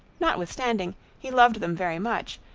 notwithstanding he loved them very much,